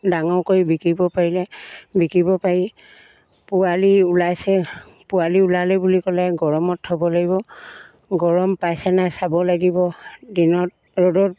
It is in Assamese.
ডাঙৰ কৰি বিকিব পাৰিলে বিকিব পাৰি পোৱালি ওলাইছে পোৱালি ওলালে বুলি ক'লে গৰমত থ'ব লাগিব গৰম পাইছে নাই চাব লাগিব দিনত ৰ'দত